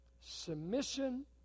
Submission